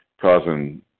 causing –